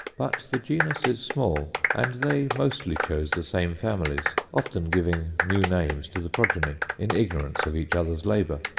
but the genus is small, and they mostly chose the same families, often giving new names to the progeny, in ignorance of each other's labour.